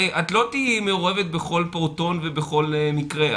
הרי את לא תהיי מעורבת בכל פעוטון ובכל מקרה,